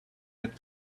had